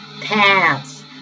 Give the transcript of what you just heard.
paths